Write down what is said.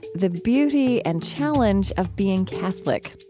the beauty and challenge of being catholic.